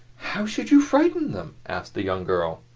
how should you frighten them? asked the young girl.